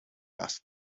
asked